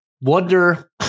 wonder